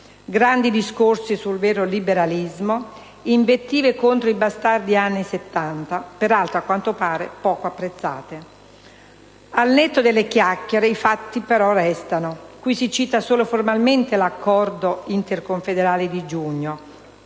grandi discorsi sul vero liberalismo, invettive contro i "bastardi anni Settanta" (peraltro, a quanto pare, poco apprezzate). Al netto delle chiacchiere, i fatti però restano: qui si cita solo formalmente l'accordo interconfederale di giugno,